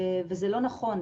וזה לא נכון.